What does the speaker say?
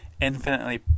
infinitely